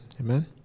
amen